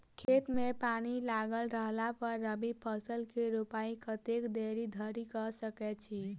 खेत मे पानि लागल रहला पर रबी फसल केँ रोपाइ कतेक देरी धरि कऽ सकै छी?